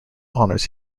honours